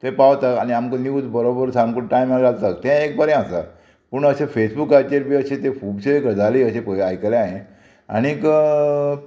थंय पावता आनी आमकां न्यूज बरोबर सामको टायमार घालता तें एक बरें आसा पूण अशें फेसबुकाचेर बी अशें ते खुबशे गजाली अशे पळय आयकले हांयें आणीक